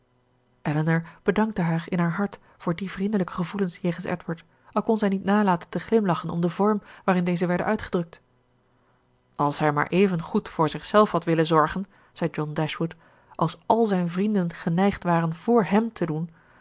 elinor bedankte haar in haar hart voor die vriendelijke gevoelens jegens edward al kon zij niet nalaten te glimlachen om den vorm waarin deze werden uitgedrukt als hij maar even goed voor zich zelf had willen zorgen zei john dashwood als al zijn vrienden geneigd waren voor hèm te doen